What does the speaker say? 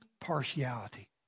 partiality